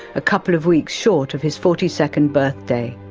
a couple of weeks short of his forty second birthday.